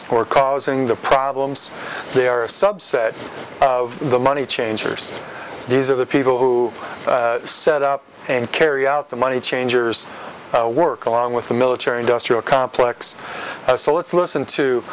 are causing the problems they are a subset of the money changers these are the people who set up and carry out the money changers work along with the military industrial complex so let's listen to